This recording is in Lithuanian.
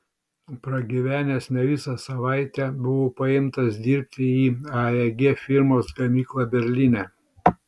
pragyvenęs ne visą savaitę buvo paimtas dirbti į aeg firmos gamyklą berlyne